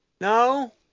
no